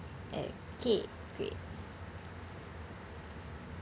okay great